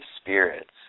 spirits